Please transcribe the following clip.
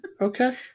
Okay